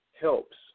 helps